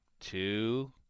Two